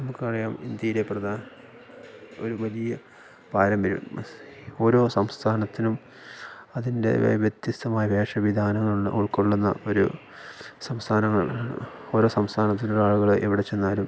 നമുക്കറിയാം ഇന്ത്യയിലെ പ്രധാന ഒരു വലിയ പാരമ്പര്യം ഓരോ സംസ്ഥാനത്തിനും അതിൻ്റെ വ്യത്യസ്ഥമായ വേഷവിധാനങ്ങൾ ഉൾക്കൊളളുന്ന ഒരു സംസ്ഥാനങ്ങൾ ഓരോ സംസ്ഥാനത്തിൽ ആളുകൾ എവിടെച്ചെന്നാലും